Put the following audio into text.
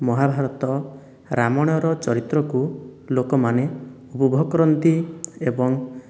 ମହାଭାରତ ରାମାୟଣର ଚରିତ୍ରକୁ ଲୋକମାନେ ଉପଭୋଗ କରନ୍ତି ଏବଂ